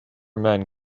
men